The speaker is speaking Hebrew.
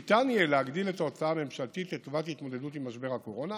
ניתן יהיה להגדיל את ההוצאה הממשלתית לטובת התמודדות עם משבר הקורונה,